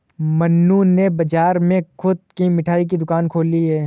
मन्नू ने बाजार में खुद की मिठाई की दुकान खोली है